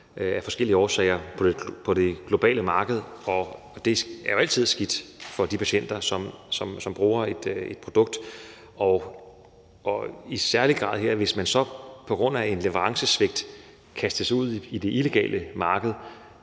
af forskellige årsager på det globale marked, og det er jo altid skidt for de patienter, som bruger et bestemt produkt, og i særlig grad her, hvis man så på grund af et leverancesvigt kastes ud på det illegale marked.